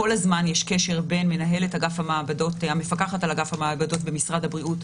כל הזמן יש קשר בין המפקחת על אגף המעבדות במשרד הבריאות,